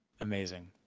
Amazing